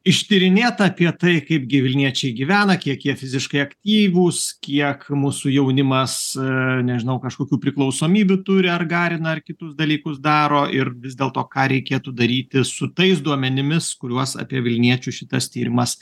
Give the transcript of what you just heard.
ištyrinėta apie tai kaip gi vilniečiai gyvena kiek jie fiziškai aktyvūs kiek mūsų jaunimas nežinau kažkokių priklausomybių turi ar garina ar kitus dalykus daro ir vis dėlto ką reikėtų daryti su tais duomenimis kuriuos apie vilniečius šitas tyrimas